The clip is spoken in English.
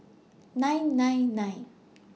nine nine nine